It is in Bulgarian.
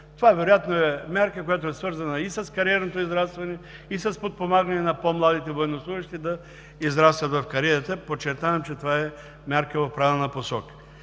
Това вероятно е мярка, която е свързана и с кариерното израстване, и с подпомагане на по-младите военнослужещи да израстват в кариерата. Подчертавам, че това е мярка в правилна посока.